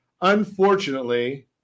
unfortunately